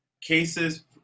cases